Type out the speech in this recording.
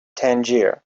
tangier